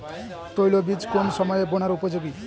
তৈলবীজ কোন সময়ে বোনার উপযোগী?